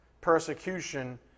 persecution